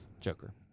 Joker